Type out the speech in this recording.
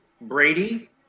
Brady